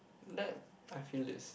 let I feel this